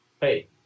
Hey